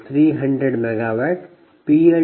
96 ಮೆಗಾವ್ಯಾಟ್≈PL1PL2